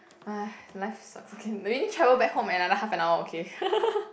life sucks okay you need travel back home another half an hour okay